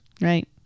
right